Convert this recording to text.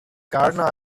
gardener